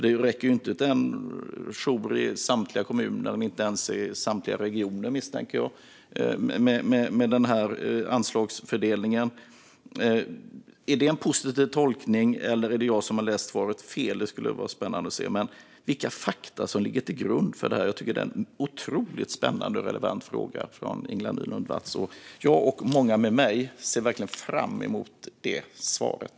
Det räcker ju inte till en jour i samtliga kommuner - inte ens i samtliga regioner, misstänker jag - med den här anslagsfördelningen. Är det en positiv tolkning, eller är det jag som läst svaret fel? Det skulle vara spännande att höra vilka fakta som ligger till grund för det här. Jag tycker att det är en otroligt spännande och relevant fråga från Ingela Nylund Watz, och jag och många med mig ser verkligen fram emot svaret.